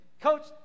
Coach